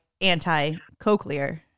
anti-cochlear